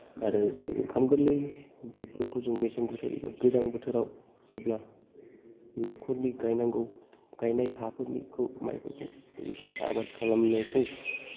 आरो जेरै ओंखाम गोर्लै बेफोरखौ जों मेसें बोथोर एबा गोजां बोथोराव जेब्ला न'खरनि गायनांगौ गायनाय हाफोरनिखौ माइफोरखौ बिदि आबाद खालामनायखौ